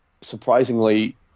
surprisingly